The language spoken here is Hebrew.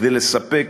כדי לספק,